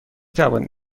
توانید